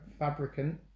Fabricant